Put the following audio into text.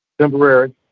Temporary